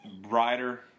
Brighter